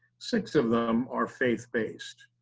six of them are faith based.